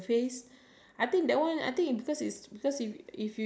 uh apply a tissue then you put another